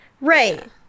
Right